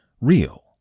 real